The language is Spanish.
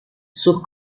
sus